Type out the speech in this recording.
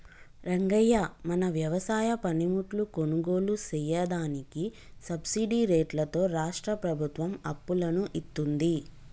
రంగయ్య మన వ్యవసాయ పనిముట్లు కొనుగోలు సెయ్యదానికి సబ్బిడి రేట్లతో రాష్ట్రా ప్రభుత్వం అప్పులను ఇత్తుంది